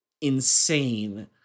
insane